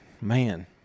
Man